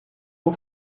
por